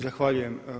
Zahvaljujem.